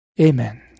Amen